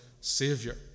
Savior